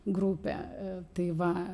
grupė tai va